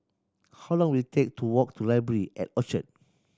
how long will it take to walk to Library at Orchard